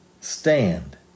stand